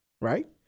right